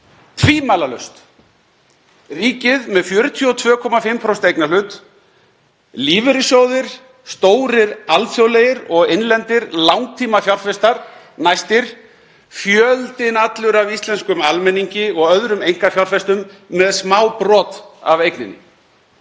Tvímælalaust, ríkið með 42,5% eignarhlut, lífeyrissjóðir, stórir alþjóðlegir og innlendir langtímafjárfestar næstir, fjöldinn allur af íslenskum almenningi og öðrum einkafjárfestum með smábrot af eigninni.